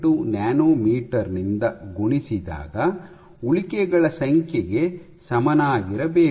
38 ನ್ಯಾನೊಮೀಟರ್ನಿಂದ ಗುಣಿಸಿದಾಗ ಉಳಿಕೆಗಳ ಸಂಖ್ಯೆಗೆ ಸಮನಾಗಿರಬೇಕು